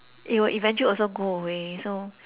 it will eventual also go away so